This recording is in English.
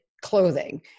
clothing